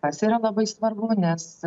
tas yra labai svarbu nes